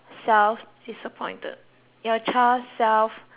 self disappointed your child self